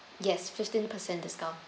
yes fifteen percent discount